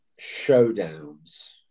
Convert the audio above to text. showdowns